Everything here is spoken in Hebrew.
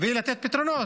ולתת פתרונות,